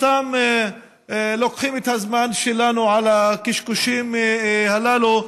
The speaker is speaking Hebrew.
סתם לוקחים את הזמן שלנו על הקשקושים הללו.